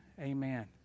Amen